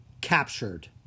Captured